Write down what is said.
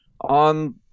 on